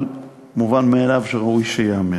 אבל מובן מאליו שראוי שייאמר.